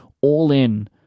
all-in